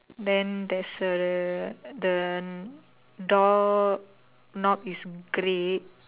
then there's a the door knob is grey